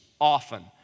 often